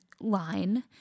line